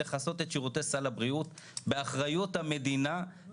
לכן זה הכלי שלך להבטיח שכאשר המדינה רוצה